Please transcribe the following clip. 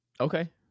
okay